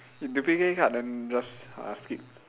if duplicate card then just uh skip